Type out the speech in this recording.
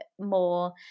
more